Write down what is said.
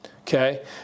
okay